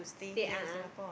state a'ah